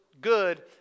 good